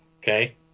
Okay